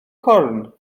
corn